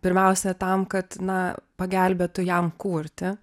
pirmiausia tam kad na pagelbėtų jam kurti